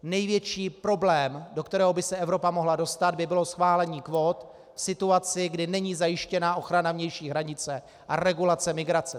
Největší problém, do kterého by se Evropa mohla dostat, by bylo schválení kvót v situaci, kdy není zajištěna ochrana vnější hranice a regulace migrace.